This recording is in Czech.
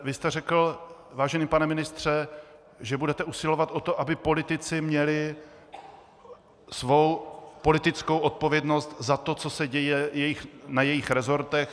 Vy jste řekl, vážený pane ministře, že budete usilovat o to, aby politici měli svou politickou odpovědnost za to, co se děje na jejich resortech.